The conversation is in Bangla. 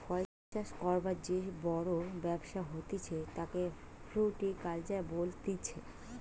ফল চাষ করবার যে বড় ব্যবসা হতিছে তাকে ফ্রুটিকালচার বলতিছে